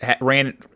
ran